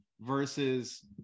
versus